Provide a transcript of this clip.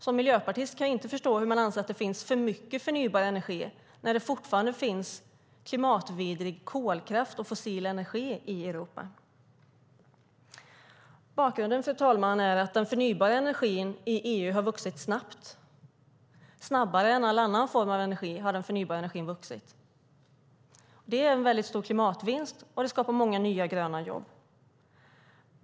Som miljöpartist kan jag inte förstå hur man kan anse att det finns för mycket förnybar energi när det fortfarande finns klimatvidrig kolkraft och fossil energi i Europa. Bakgrunden, fru talman, är att den förnybara energin i EU har vuxit snabbt, snabbare än all annan form av energi. Det är en väldigt stor klimatvinst, och det skapar många nya gröna jobb.